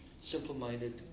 simple-minded